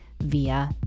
via